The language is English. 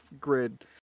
grid